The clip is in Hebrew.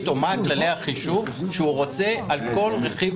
ומה כללי החישוב שהוא רוצה על כל רכיב